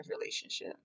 relationship